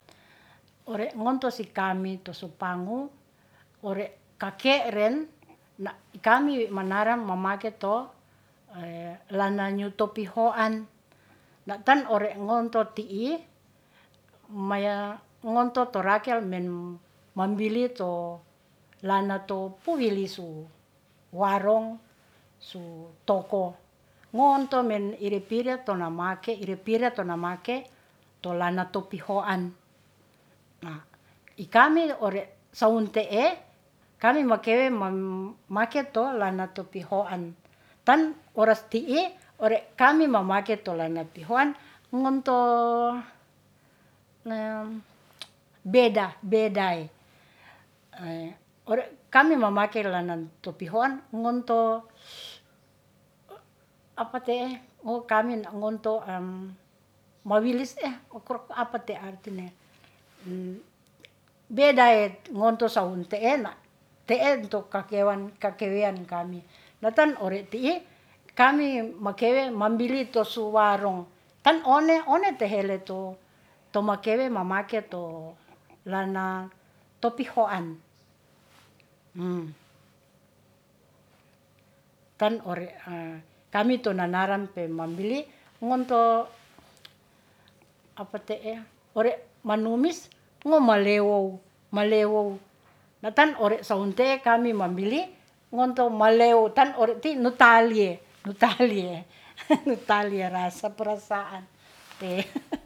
Ore ngonto si kami to su pangu ore ka ke'ren na' i kami wi' manaran mamake to lana nyuto pihoan. Na'tan ore ngonto ti'i maya ngonto to rakel men mambili to lana to puilisu warong su toko ngonto men ire pire to namake to lana to pihoan. I kami ore sa wunte'e kami makewe man make to lana to pihoan. Tan oras ti'i` ore kami mamake to lana pihoan ngonto beda bedae, ore kami mamake lanan to pihoan ngonto mawilis apa te arti nem bedae ngonto sa wunte'e na te'e nto ka kewan ka kewe'an kami. Natan ore ti'i kami makewe mambili to suwarong tan one, one tehele to, to makewe mamake to lana to pihoan tan ore kami to nanaran pe mambili ngonto apa te'e, ore manumis ngo malewow, malewow natan ore sawun te'e kami mambili ngonto malewo tan ore ti'i nu talie, nu talie nu talie rasa parasaan